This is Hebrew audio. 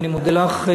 אני מודה לך,